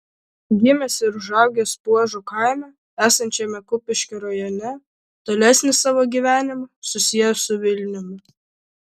gimęs ir užaugęs puožo kaime esančiame kupiškio rajone tolesnį savo gyvenimą susiejo su vilniumi